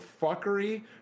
fuckery